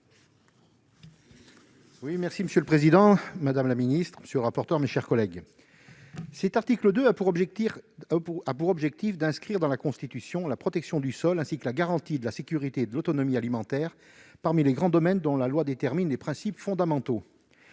l'article. Monsieur le président, madame la ministre, mes chers collègues, l'article 2 a pour objet d'inscrire dans la Constitution la protection du sol, ainsi que la garantie de la sécurité et de l'autonomie alimentaires parmi les grands domaines dont la loi détermine les principes fondamentaux.